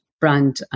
brand